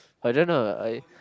I don't know I